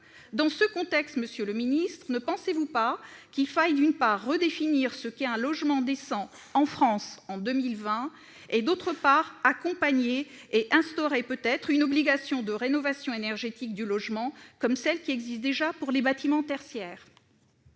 Dans ce contexte, monsieur le ministre, ne pensez-vous pas qu'il faille, d'une part, redéfinir ce qu'est un logement décent, en France, en 2020, et, d'autre part, accompagner les propriétaires et instaurer, peut-être, une obligation de rénovation énergétique du logement, comme celle qui existe déjà pour les bâtiments tertiaires ?